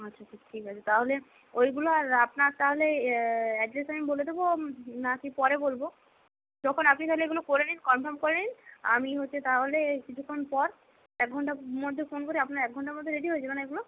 আচ্ছা আচ্ছা ঠিক আছে তাহলে ওইগুলো আর আপনার তাহলে অ্যাড্রেস আমি বলে দেবো না কি পরে বলব যখন আপনি তাহলে এগুলো করে নিন কনফার্ম করে নিন আমি হচ্ছে তাহলে কিছুক্ষণ পর এক ঘণ্টার মধ্যে ফোন করে আপনার এক ঘণ্টার মধ্যে রেডি হয়ে যাবে না এগুলো